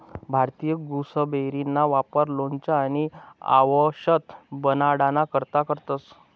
भारतीय गुसबेरीना वापर लोणचं आणि आवषद बनाडाना करता करतंस